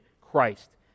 Christ